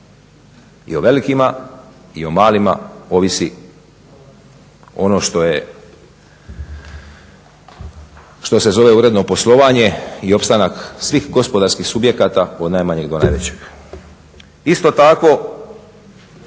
i o velikima i o malima ovisi ono što je, što se zove uredno poslovanje i opstanak svih gospodarskih subjekata od najmanjeg do najvećeg.